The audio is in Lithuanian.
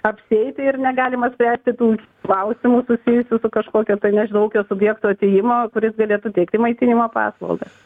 apsieiti ir negalimas spręsti tų klausimų susijusių kažkokio tai nežinau ūkio subjekto atėjimo kuris galėtų teikti maitinimo paslaugas